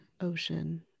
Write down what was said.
ocean